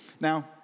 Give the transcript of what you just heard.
Now